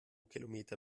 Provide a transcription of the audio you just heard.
kilometer